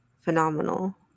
phenomenal